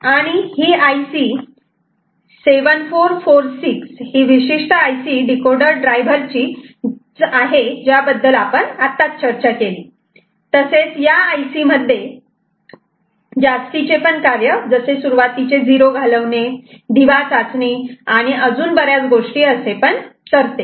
आणि ही IC 7446 ही विशिष्ट IC डीकोडर ड्रायव्हर ची ज्याबद्दल आपण आता चर्चा केली तसेच या आई सी मध्ये जास्तीचे कार्य जसे सुरुवातीचे झिरो घालवणे दिवा चाचणी आणि अजून बऱ्याच गोष्टी असे पण करते